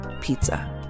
pizza